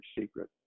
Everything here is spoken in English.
secret